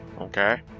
Okay